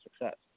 success